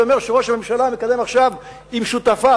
אתה אומר שראש הממשלה מקדם עכשיו עם שותפיו,